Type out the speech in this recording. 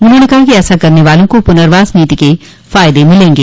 उन्होंने कहा कि ऐसा करने वालों को पुनर्वास नीति के फायदे मिलेंगे